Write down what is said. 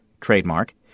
trademark